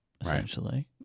essentially